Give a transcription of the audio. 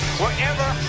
wherever